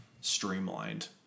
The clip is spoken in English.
streamlined